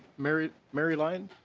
mary mary lines